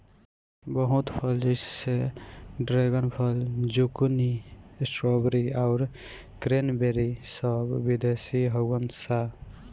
बहुत फल जैसे ड्रेगन फल, ज़ुकूनी, स्ट्रॉबेरी आउर क्रेन्बेरी सब विदेशी हाउअन सा